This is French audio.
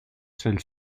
celles